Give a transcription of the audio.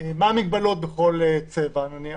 מה המגבלות בכל צבע נניח.